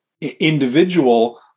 individual